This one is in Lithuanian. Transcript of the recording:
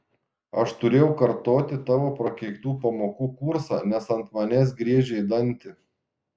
aš turėjau kartoti tavo prakeiktų pamokų kursą nes ant manęs griežei dantį